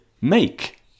make